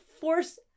force